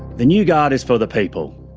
the new guard is for the people.